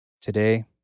today